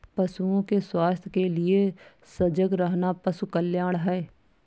पशुओं के स्वास्थ्य के लिए सजग रहना पशु कल्याण है